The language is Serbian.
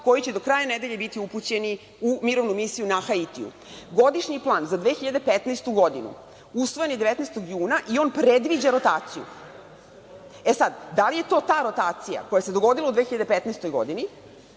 koji će do kraja nedelje biti upućeni u mirovnu misiju na Haitiju. Godišnji plan za 2015. godinu usvojen je 19. juna i on predviđa rotaciju. Da li je to ta rotacija koja se dogodila u 2015. godini